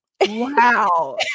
Wow